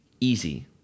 easy